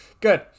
Good